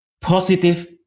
positive